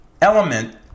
element